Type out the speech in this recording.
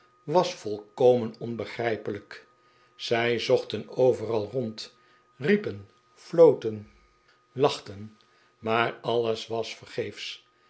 was volkomen onbegrijpelijk zij zochten overal rond riepen floten lachten maar alles was vergeefsch